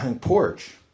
porch